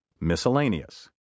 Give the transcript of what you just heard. Miscellaneous